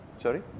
Sorry